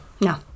no